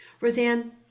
Roseanne